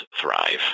thrive